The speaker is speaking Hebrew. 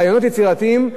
רעיונות יצירתיים,